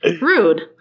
Rude